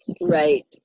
Right